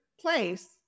place